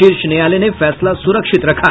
शीर्ष न्यायालय ने फैसला सुरक्षित रखा